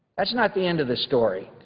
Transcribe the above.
that's not the end of the story.